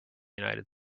united